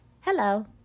hello